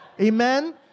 Amen